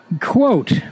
quote